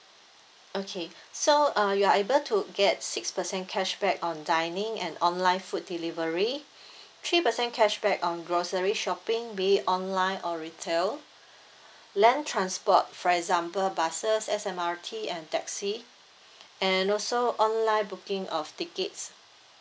okay so uh you are able to get six percent cashback on dining and online food delivery three percent cashback on grocery shopping be it online or retail land transport for example buses S_M_R_T and taxi and also online booking of tickets